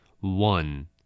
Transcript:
One